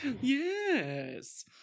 Yes